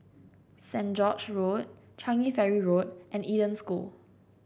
Saint George Road Changi Ferry Road and Eden School